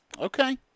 Okay